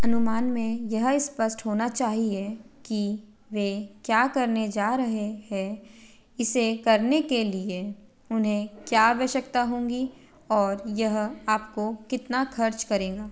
अनुमान में यह स्पष्ट होना चाहिए कि वह क्या करने जा रहे हैं इसे करने के लिए उन्हें क्या आवश्यकता होगी और यह आपको कितना खर्च करेगा